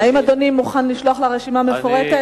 האם אדוני מוכן לשלוח לה רשימה מפורטת?